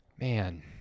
Man